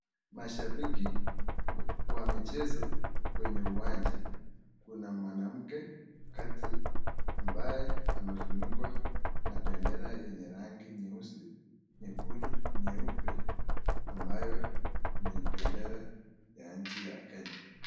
Mashabiki wamecheza kwenye uwanja, kuna mwanamke kati ambaye amefunikwa na bendera nyeusi, nyekundu, nyeupe ambayo ni bendera ya nchi ya Kenya.